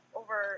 over